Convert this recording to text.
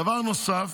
דבר נוסף,